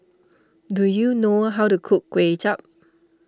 do you know how to cook Kuay Chap